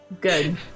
good